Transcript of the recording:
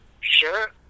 sure